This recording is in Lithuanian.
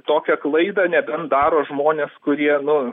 tokią klaidą nebent daro žmonės kurie nu